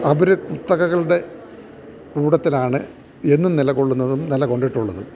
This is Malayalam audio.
അവര് കുത്തകകളുടെ കൂട്ടത്തിലാണ് എന്നും നിലകൊള്ളുന്നതും നിലകൊണ്ടിട്ടുള്ളതും